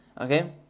okay